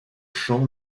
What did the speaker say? champ